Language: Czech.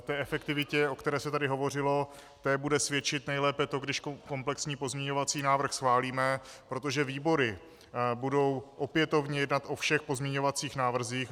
Té efektivitě, o které se tady hovořilo, bude svědčit nejlépe to, když komplexní pozměňovací návrh schválíme, protože výbory budou opětovně jednat o všech pozměňovacích návrzích.